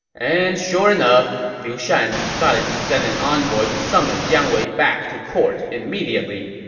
and sure enough, liu shan decided to send an envoy to summon jiang wei back to court immediately.